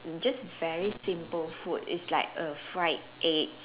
it just very simple food it's like a fried egg